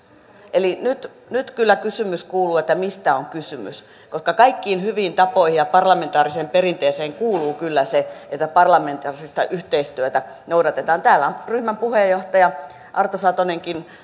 eli nyt nyt kyllä kysymys kuuluu että mistä on kysymys koska kaikkiin hyviin tapoihin ja parlamentaariseen perinteeseen kuuluu kyllä se että parlamentaarista yhteistyötä noudatetaan täällä on ryhmän puheenjohtaja arto satonenkin